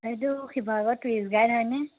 এইটো Sivasagar tourist guide হয়নে